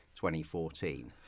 2014